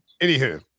Anywho